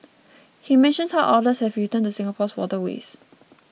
he mentions how otters have returned to Singapore's waterways